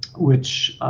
which